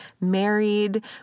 married